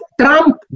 Trump